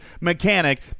mechanic